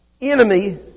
enemy